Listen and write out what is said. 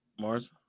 Mars